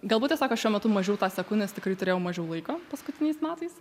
galbūt tiesiog aš šiuo metu mažiau tą seku nes tikrai turėjau mažiau laiko paskutiniais metais